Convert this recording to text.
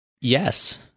Yes